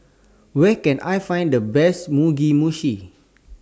Where Can I Find The Best Mugi Meshi